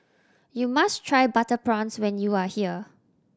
you must try butter prawns when you are here